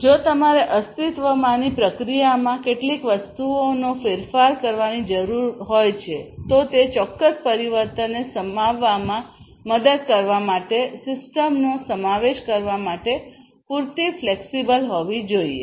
જો તમારે અસ્તિત્વમાંની પ્રક્રિયામાં કેટલીક વસ્તુઓનો ફેરફાર કરવાની જરૂર હોય તો તે ચોક્કસ પરિવર્તનને સમાવવામાં મદદ કરવા માટે સિસ્ટમનો સમાવેશ કરવા માટે પૂરતી ફ્લેક્સિબલ હોવી જોઈએ